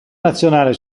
nazionale